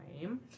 time